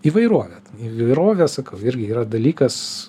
įvairovė įvairovė sakau irgi yra dalykas